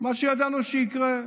מה שידענו שיקרה.